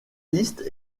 listes